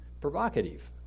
provocative